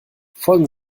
folgen